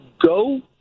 go